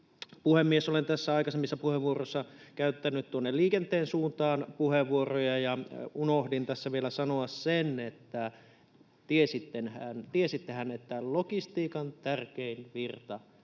Puhemies! Olen tässä aikaisemmissa puheenvuoroissa käyttänyt tuonne liikenteen suuntaan puheenvuoroja, ja unohdin tässä vielä sanoa sen, että tiesittehän, että logistiikan tärkein virta on